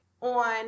on